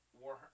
war